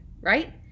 right